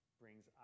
brings